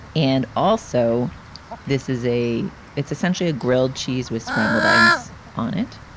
and also this is a it's essentially a grilled cheese with scrambled eggs on it.